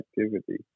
activity